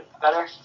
better